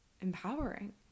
empowering